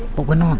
but we're